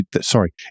Sorry